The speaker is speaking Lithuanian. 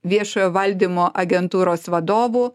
viešojo valdymo agentūros vadovu